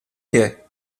quer